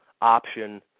option